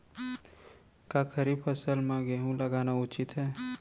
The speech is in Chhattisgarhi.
का खरीफ फसल म गेहूँ लगाना उचित है?